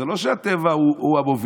זה לא שהטבע הוא המוביל.